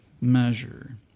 measure